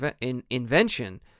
invention